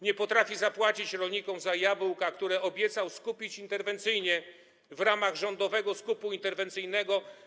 Nie potrafi zapłacić rolnikom za jabłka, które obiecał skupić interwencyjnie w ramach rządowego skupu interwencyjnego.